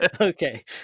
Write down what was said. Okay